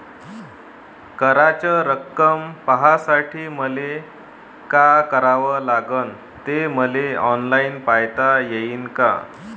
कराच रक्कम पाहासाठी मले का करावं लागन, ते मले ऑनलाईन पायता येईन का?